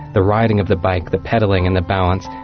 the riding of the bike, the pedalling and the balance,